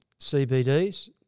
CBDs